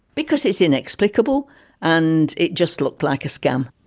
because it's inexplicable and it just looked like a scam.